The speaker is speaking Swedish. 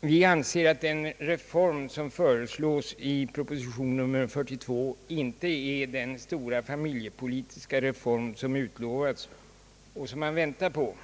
Vi anser att den reform, som föreslås i proposition nr 42, inte är den stora familjepolitiska reform som utlovats och som man väntar på.